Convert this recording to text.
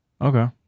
Okay